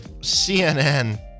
CNN